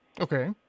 Okay